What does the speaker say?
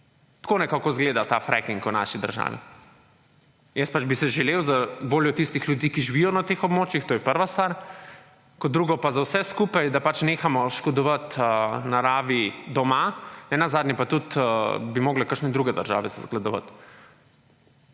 Tako nekako izgleda ta freking v naši državi. Jaz bi se želel za voljo tistih ljudi, ki živijo na teh območjih, to je prva stvar, kot drugo pa za vse skupaj, da nehamo škodovat naravi doma, nenazadnje pa tudi, bi mogle kakšne druge države se zgledovat.